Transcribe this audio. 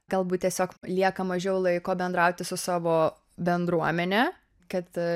galbūt tiesiog lieka mažiau laiko bendrauti su savo bendruomene kad